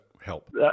help